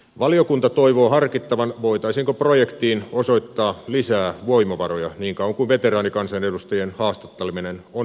valiokunta toivoo harkittavan voitaisiinko projektiin osoittaa lisää voimavaroja niin kauan kuin veteraanikansanedustajien haastatteleminen on vielä mahdollista